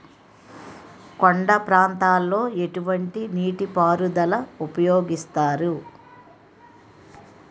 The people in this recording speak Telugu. కొండ ప్రాంతాల్లో ఎటువంటి నీటి పారుదల ఉపయోగిస్తారు?